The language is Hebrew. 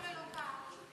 לא באו?